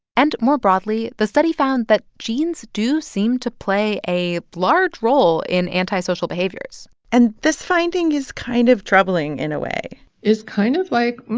and more broadly, the study found that genes do seem to play a large role in antisocial behaviors and this finding is kind of troubling in a way it's kind of like,